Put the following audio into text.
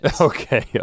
Okay